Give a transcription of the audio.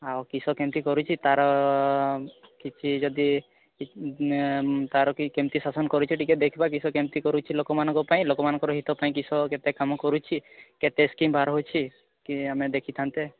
ଆଉ କିସ କେମିତି କରୁଛି ତା'ର କିଛି ଯଦି କେମିତି ଶାସନ କରୁଛି ଟିକେ ଦେଖିବା କିସ କେମିତି କରୁଛି ଲୋକମାନଙ୍କର ହିତ ପାଇଁ ଲୋକମାନଙ୍କ ପାଇଁ କିସ କେତେ କାମ କରୁଛି କେତେ ସ୍କିମ ଆମେ ଦେଖିଥାନ୍ତେ